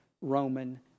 Roman